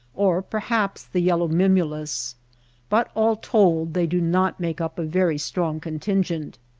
or perhaps the yellow mimulus but all told they do not make up a very strong contingent.